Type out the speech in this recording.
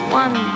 one